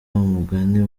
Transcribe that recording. umugani